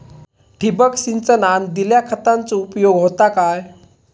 ठिबक सिंचनान दिल्या खतांचो उपयोग होता काय?